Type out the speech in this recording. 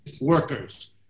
workers